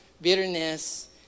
bitterness